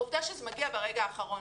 העובדה שזה מגיע ברגע האחרון.